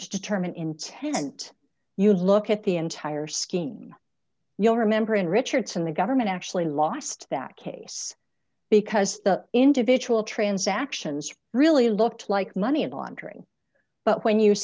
to determine intent you look at the entire scheme you'll remember in richardson the government actually lost that case because the individual transactions really looked like money and laundering but when you